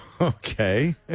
Okay